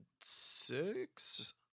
six